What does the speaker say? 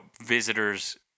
visitors